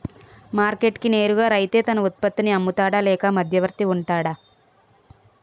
Market కి నేరుగా రైతే తన ఉత్పత్తి నీ అమ్ముతాడ లేక మధ్యవర్తి వుంటాడా?